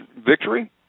victory